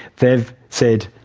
they've said,